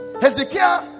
Hezekiah